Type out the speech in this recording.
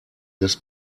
des